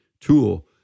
tool